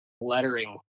lettering